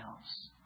else